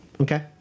Okay